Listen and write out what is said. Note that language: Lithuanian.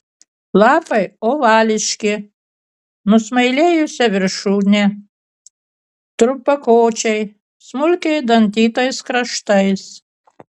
lapai ovališki nusmailėjusia viršūne trumpakočiai smulkiai dantytais kraštais